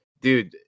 dude